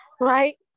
right